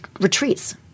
retreats